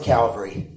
Calvary